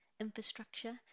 infrastructure